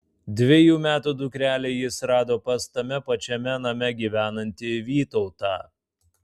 dvejų metų dukrelę jis rado pas tame pačiame name gyvenantį vytautą